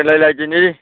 होलायलायदिनि